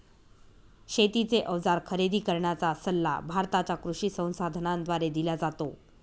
शेतीचे अवजार खरेदी करण्याचा सल्ला भारताच्या कृषी संसाधनाद्वारे दिला जातो